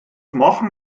machen